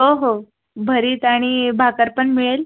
हो हो भरीत आणि भाकर पण मिळेल